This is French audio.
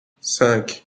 cinq